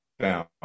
down